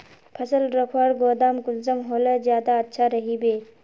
फसल रखवार गोदाम कुंसम होले ज्यादा अच्छा रहिबे?